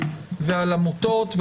על עמותות,